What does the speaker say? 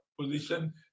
position